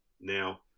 Now